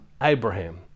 Abraham